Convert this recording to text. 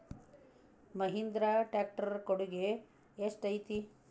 Mahindra tractor ಕೊಡುಗೆ ಎಷ್ಟು ಐತಿ?